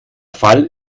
fall